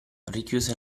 richiuse